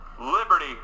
Liberty